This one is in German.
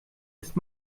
ist